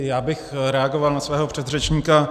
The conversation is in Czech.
Já bych reagoval na svého předřečníka.